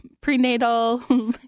prenatal